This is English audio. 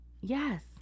Yes